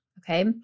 Okay